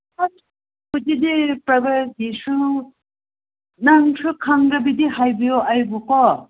ꯑꯁ ꯍꯧꯖꯤꯛꯇꯤ ꯄ꯭ꯔꯥꯏꯚꯦꯠꯀꯤꯁꯨ ꯅꯪ ꯈꯔ ꯈꯪꯂꯕꯗꯤ ꯍꯥꯏꯕꯤꯌꯣ ꯑꯩꯕꯨ ꯀꯣ